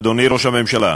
אדוני ראש הממשלה: